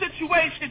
situation